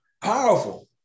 powerful